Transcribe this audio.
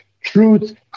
truth